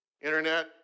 internet